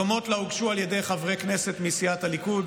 דומות לה הוגשו על ידי חברי כנסת מסיעת הליכוד,